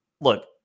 look